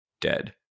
dead